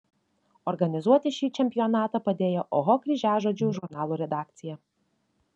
organizuoti šį čempionatą padėjo oho kryžiažodžių žurnalų redakcija